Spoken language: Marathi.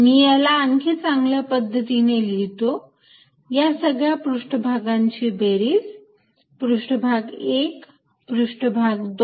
मी याला आणखी चांगल्या पद्धतीने लिहितो या सगळ्या पृष्ठभागाची बेरीज पृष्ठभाग 1 पृष्ठभाग 2